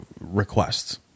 requests